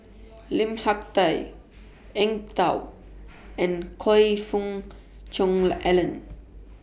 Lim Hak Tai Eng Tow and Choe Fook Cheong Alan